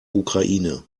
ukraine